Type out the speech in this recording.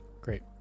Great